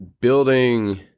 building